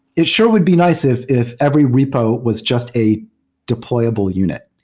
it sure would be nice if if every repo was just a deployable unit.